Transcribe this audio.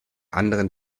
anderen